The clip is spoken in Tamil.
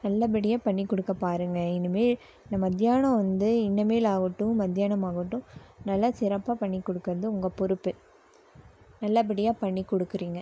நல்லபடியாக பண்ணிக்கொடுக்க பாருங்கள் இனிமே இந்த மத்தியானம் வந்து இன்னமேல் ஆகட்டும் மத்தியானமாகட்டும் நல்லா சிறப்பாக பண்ணிக் கொடுக்கறது உங்கள் பொறுப்பு நல்லபடியாக பண்ணிக் கொடுக்கறீங்க